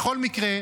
בכל מקרה,